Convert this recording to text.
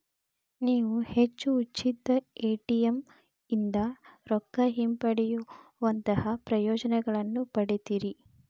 ನೇವು ಹೆಚ್ಚು ಉಚಿತ ಎ.ಟಿ.ಎಂ ಇಂದಾ ರೊಕ್ಕಾ ಹಿಂಪಡೆಯೊಅಂತಹಾ ಪ್ರಯೋಜನಗಳನ್ನ ಪಡಿತೇರಿ